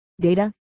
data